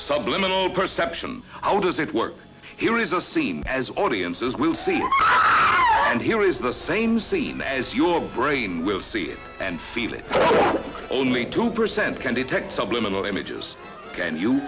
subliminal perception how does it work here is a scene as audiences will see and hear is the same scene as your brain will see it and feel it only two percent can detect subliminal images can you